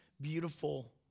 beautiful